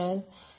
7° ampere असेल